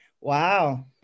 wow